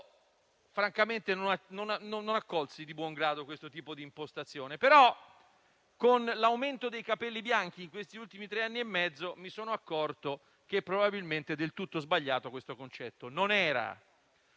Francamente non accolsi di buon grado questo tipo di impostazione, ma, con l'aumento dei capelli bianchi in questi ultimi tre anni e mezzo, mi sono accorto che probabilmente quel concetto non era